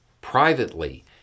Privately